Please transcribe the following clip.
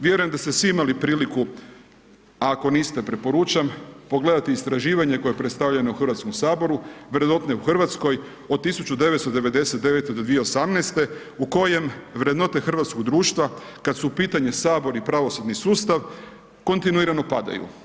Vjerujem da ste svi imali priliku, a ako niste, preporučam, pogledati istraživanje koje je predstavljeno u Hrvatskom saboru … u Hrvatskoj od 1999.-2018. u kojem vrednote hrvatskog društva, kada su u pitanju Sabor i pravosudni sustav, kontinuirano padaju.